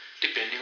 depending